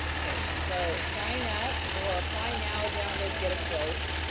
okay, so, sign up, or apply now, download, get a quote.